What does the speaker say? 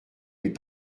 les